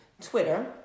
Twitter